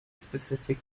specific